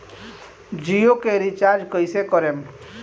जियो के रीचार्ज कैसे करेम?